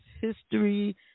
history